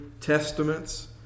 testaments